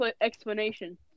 explanation